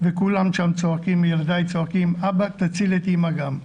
וכל ילדיי שם צועקים 'אבא תציל את אמא גם'.